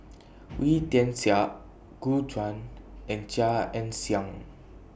Wee Tian Siak Gu Juan and Chia Ann Siang